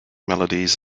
melodies